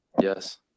yes